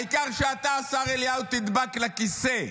העיקר שאתה, השר אליהו, תדבק לכיסא.